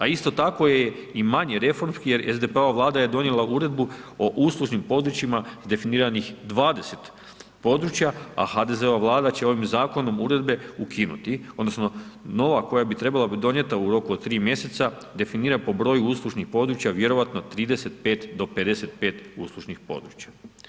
A isto tako je i manje reformski, jer je SDP-ova vlada donijela uredbu o uslužnim područjima, definiranih 20 područja, a HDZ-ova vlada će ovim zakonom uredbe, ukinuti, odnosno, nova koja bi trebala biti donijeta u roku 3 mjeseca, definira po broju uslužnih područja, vjerojatno 35-55 uslužnih područja.